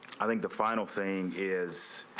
i think the final thing is.